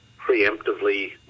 preemptively